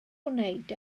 gwneud